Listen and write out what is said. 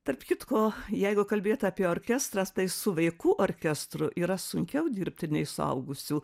tarp kitko jeigu kalbėt apie orkestrą tai su vaikų orkestru yra sunkiau dirbti nei suaugusių